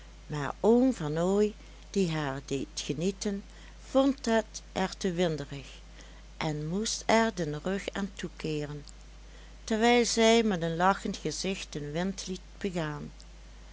maar oom vernooy die het haar deed genieten vond het er te winderig en moest er den rug aan toekeeren terwijl zij met een lachend gezicht den wind liet begaan